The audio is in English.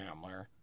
Hamler